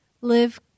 live